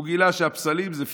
הוא גילה שהפסלים זה פיקציה.